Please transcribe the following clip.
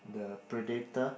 the Predator